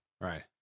Right